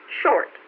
short